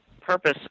purpose